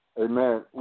Amen